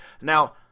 Now